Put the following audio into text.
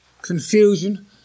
confusion